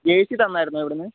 jersey തന്നിരുന്നോ ഇവിടെനിന്ന്